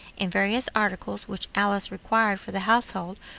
and various articles which alice required for the household,